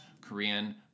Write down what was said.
Korean